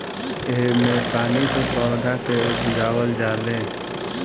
एह मे पानी से पौधा के उपजावल जाले